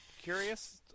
curious